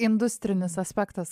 industrinis aspektas